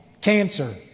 Cancer